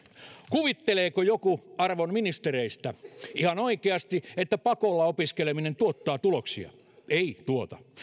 kuvitteleeko joku arvon ministereistä ihan oikeasti että pakolla opiskeleminen tuottaa tuloksia ei tuota